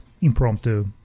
impromptu